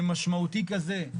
משמעותי כזה,